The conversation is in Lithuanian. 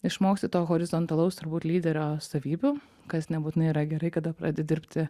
išmoksti to horizontalaus turbūt lyderio savybių kas nebūtinai yra gerai kada pradedi dirbti